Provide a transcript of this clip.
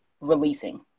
releasing